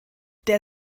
der